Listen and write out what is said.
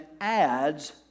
adds